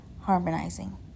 Harmonizing